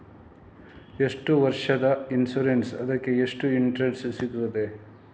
ಎಷ್ಟು ವರ್ಷದ ಇನ್ಸೂರೆನ್ಸ್ ಅದಕ್ಕೆ ಎಷ್ಟು ಇಂಟ್ರೆಸ್ಟ್ ಸಿಗುತ್ತದೆ?